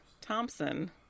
Thompson